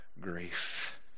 grief